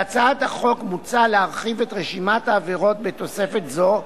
בהצעת החוק מוצע להרחיב את רשימת העבירות בתוספת זו,